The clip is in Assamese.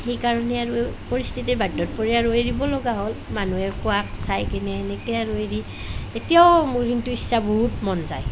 সেইকাৰণে আৰু পৰিস্থিতিৰ বাধ্যত পৰি আৰু এৰিব লগা হ'ল মানুহে কোৱাক চাই কিনে এনেকৈ আৰু হেৰি এতিয়াও মোৰ কিন্তু ইচ্ছা বহুত মন যায়